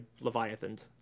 Leviathaned